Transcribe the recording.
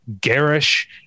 garish